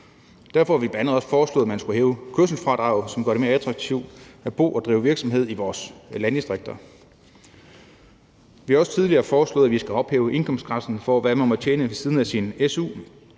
Derfor har vi bl.a. også foreslået, at man skulle hæve kørselsfradraget, som gør det mere attraktivt at bo i og drive virksomhed i vores landdistrikter. Vi også tidligere foreslået, at vi skulle ophæve indkomstgrænsen for, hvad man må tjene ved siden af sin su,